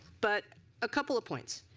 but a couple of points.